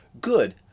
Good